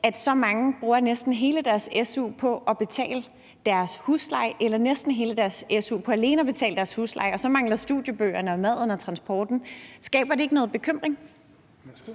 at mange bruger næsten hele deres su på at betale deres husleje eller næsten hele deres su på alene at betale deres husleje, og så mangler der stadig studiebøgerne, maden og transporten. Skaber det ikke noget bekymring? Kl.